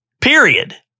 Period